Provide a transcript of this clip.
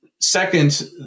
Second